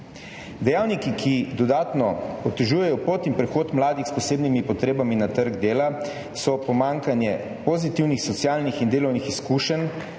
Dejavniki, ki dodatno otežujejo pot in prehod mladih s posebnimi potrebami na trg dela, so pomanjkanje pozitivnih socialnih in delovnih izkušenj,